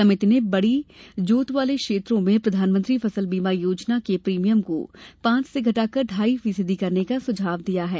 समिति ने बड़ी जोत वाले क्षेत्रों में प्रधानमंत्री फसल बीमा योजना के प्रीमियम को पांच से घटाकर ढ़ाई फीसदी करने का सुझाव दिया है